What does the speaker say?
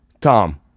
Tom